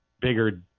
bigger